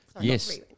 Yes